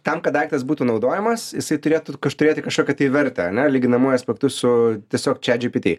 tam kad daiktas būtų naudojamas jisai turėtų turėti kažkokią tai vertę ane lyginamuoju aspektu su tiesiog chat gpt